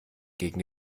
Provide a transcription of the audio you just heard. gegen